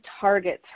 targets